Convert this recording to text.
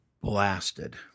blasted